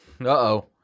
Uh-oh